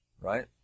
right